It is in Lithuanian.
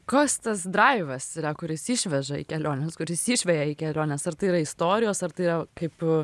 koks tas draivas yra kuris išveža į keliones kuris išveja į keliones ar tai yra istorijos ar tai yra kaip